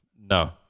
no